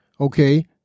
okay